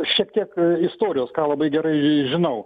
šiek tiek istorijos ką labai gerai žinau